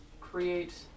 create